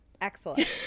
Excellent